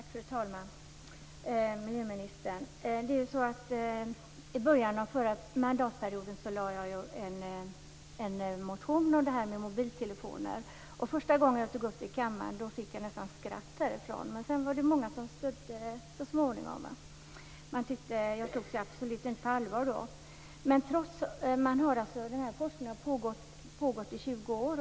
Fru talman! Miljöministern! I början av den förra mandatperioden lade jag fram en motion om det här med mobiltelefoner. Första gången jag tog upp det här i kammaren fick jag nästan höra skratt. Sedan, så småningom, var det många som stödde mig. Men då togs jag absolut inte på allvar. Den här forskningen om elektromagnetiska fält har pågått i 20 år.